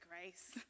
grace